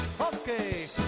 Okay